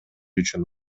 үчүн